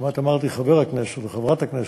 כמעט אמרתי חבר הכנסת וחברת הכנסת,